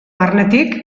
barnetik